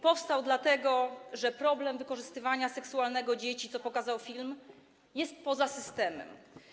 Powstał dlatego, że problem wykorzystywania seksualnego dzieci, co pokazał film, jest poza systemem.